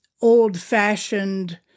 old-fashioned